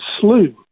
slew